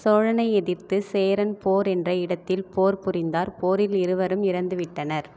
சோழனை எதிர்த்து சேரன் போர் என்ற இடத்தில் போர் புரிந்தார் போரில் இருவரும் இறந்துவிட்டனர்